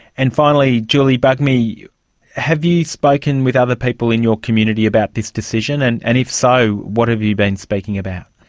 and finally, julie bugmy, have you spoken with other people in your community about this decision? and and if so, what have you been speaking about?